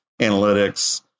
analytics